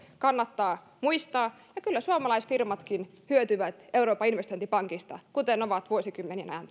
kannattaa muistaa ja kyllä suomalaisfirmatkin hyötyvät euroopan investointipankista kuten ovat vuosikymmenien ajan